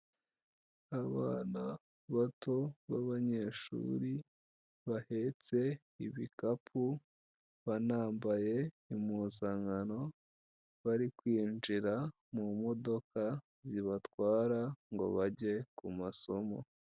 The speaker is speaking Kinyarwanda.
Abana bato b'abanyeshuri bahetse ibikapu, banambaye impuzangano bari kwinjira mu modoka zibatwara ngo bajye ku masomo.